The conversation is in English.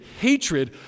hatred